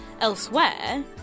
elsewhere